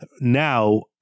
now